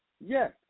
yes